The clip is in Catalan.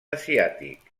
asiàtic